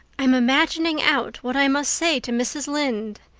i'm imagining out what i must say to mrs. lynde,